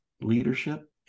leadership